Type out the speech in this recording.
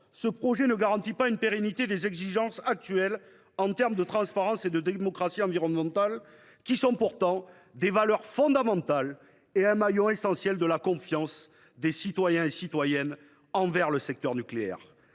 ce projet ne garantit pas la pérennité des exigences actuelles en termes de transparence et de démocratie environnementale, alors que ce sont là des valeurs fondamentales, ainsi qu’un maillon essentiel de la confiance des citoyens et des citoyennes envers le secteur nucléaire.